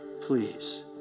Please